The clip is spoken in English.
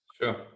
Sure